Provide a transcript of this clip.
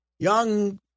Young